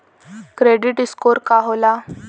Credit score का होला?